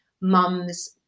mum's